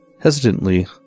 Hesitantly